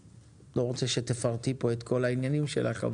אני לא רוצה שתפרטי פה את כל העניינים שלך,